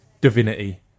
divinity